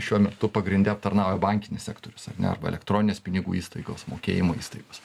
šiuo metu pagrinde aptarnauja bankinis sektorius ar ne arba elektroninės pinigų įstaigos mokėjimo įstaigos